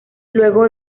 luego